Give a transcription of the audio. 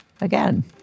again